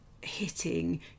hitting